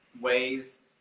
ways